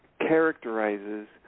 characterizes